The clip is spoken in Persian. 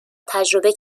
تجربه